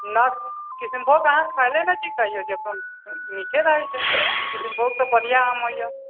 ने किसनभोग अहाँके खाइले नऽ अथि कहियौ जखन मीठे रहै छै किसनभोग तऽ बढ़िऑं आम होइए